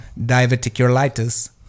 Diverticulitis